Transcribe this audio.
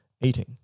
eating